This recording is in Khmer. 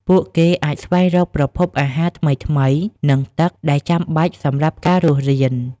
ពួកគេអាចស្វែងរក ប្រភពអាហារ ថ្មីៗ និងទឹកដែលចាំបាច់សម្រាប់ការរស់រាន។